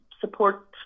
support